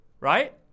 right